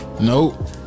Nope